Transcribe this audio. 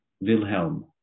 Wilhelm